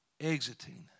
exiting